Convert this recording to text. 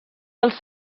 dels